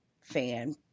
fan